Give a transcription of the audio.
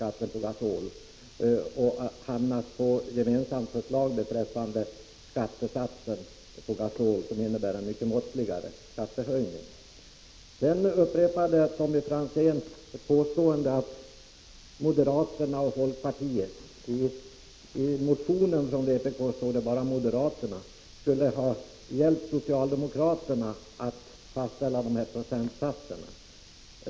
Vi har hamnat på ett gemensamt förslag beträffande skattesatsen på gasol, som innebär en mycket måttligare skattehöjning. Tommy Franzén upprepade påståendet att moderaterna och folkpartiet — i motionen står det bara moderaterna — skulle ha hjälpt socialdemokraterna att fastställa dessa procentsatser.